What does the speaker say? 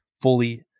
fully